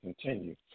continue